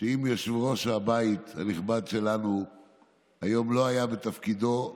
שאם יושב-ראש הבית הנכבד שלנו לא היה היום בתפקידו,